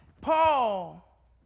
Paul